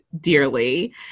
dearly